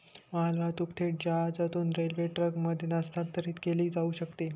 मालवाहतूक थेट जहाजातून रेल्वे ट्रकमध्ये हस्तांतरित केली जाऊ शकते